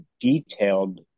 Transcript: detailed